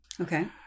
Okay